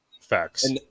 Facts